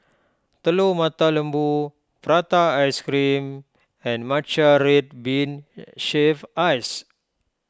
Telur Mata Lembu Prata Ice Cream and Matcha Red Bean Shaved Ice